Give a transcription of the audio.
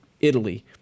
Italy